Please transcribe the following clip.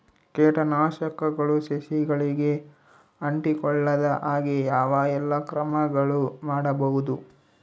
ಕೇಟನಾಶಕಗಳು ಸಸಿಗಳಿಗೆ ಅಂಟಿಕೊಳ್ಳದ ಹಾಗೆ ಯಾವ ಎಲ್ಲಾ ಕ್ರಮಗಳು ಮಾಡಬಹುದು?